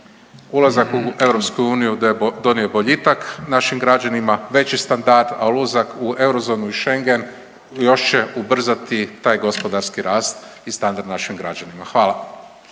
Ulazak u EU donio je boljitak našim građanima, veći standard, a ulazak u eurozonu i Schengen još će ubrzati taj gospodarski rast i standard našim građanima. Hvala.